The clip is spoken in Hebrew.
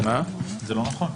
זה לא נכון.